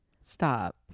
Stop